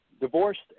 divorced